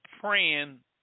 praying